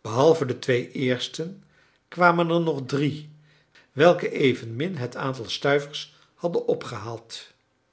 behalve de twee eersten kwamen er nog drie welke evenmin het aantal stuivers hadden opgehaald